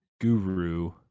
guru